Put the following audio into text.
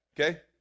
Okay